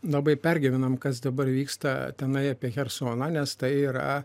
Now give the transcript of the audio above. labai pergyvename kas dabar vyksta tenai apie chersoną nes tai yra